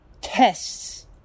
tests